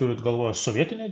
turit galvoj sovietinę